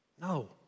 No